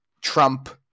Trump